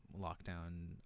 lockdown